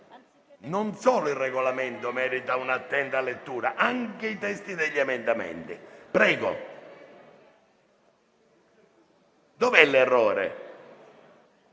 Non solo il Regolamento merita un'attenta lettura, ma anche i testi degli emendamenti. Prego, dov'è l'errore?